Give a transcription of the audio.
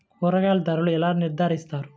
కూరగాయల ధరలు ఎలా నిర్ణయిస్తారు?